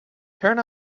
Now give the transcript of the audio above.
turn